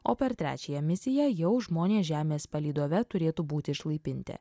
o per trečiąją misiją jau žmonės žemės palydove turėtų būti išlaipinti